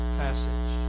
passage